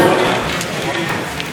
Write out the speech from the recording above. מי שמצביע בעד,